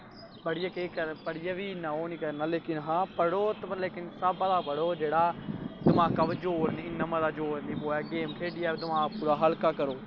पढ़ियै के पढ़ियै बी इन्ना ओह् निं करना लेकिन हां पढ़ो ब लेकिन सहाबा दा पढ़ो जेह्ड़ा दमाका जोर निं इन्ना मता निं पोऐ गेम खेढियै दमाक थोह्ड़ा हल्का करो